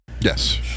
Yes